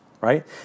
Right